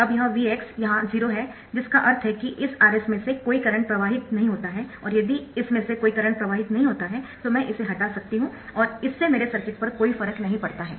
अब यह Vx यहाँ 0 है जिसका अर्थ है कि इस Rs में से कोई करंट प्रवाहित नहीं होता है और यदि इसमें से कोई करंट प्रवाहित नहीं होता है तो मैं इसे हटा सकती हूँ और इससे मेरे सर्किट पर कोई फर्क नहीं पड़ता है